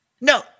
No